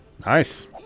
Nice